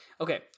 Okay